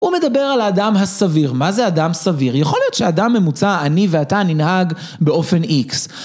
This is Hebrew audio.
הוא מדבר על אדם הסביר, מה זה אדם סביר? יכול להיות שאדם ממוצע, אני ואתה ננהג באופן איקס.